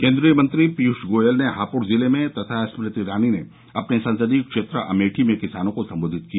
केन्द्रीय मंत्री पीयूष गोयल ने हापुड़ जिले में तथा स्मृति ईरानी ने अपने संसदीय क्षेत्र अमेठी में किसानों को सम्बोधित किया